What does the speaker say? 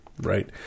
Right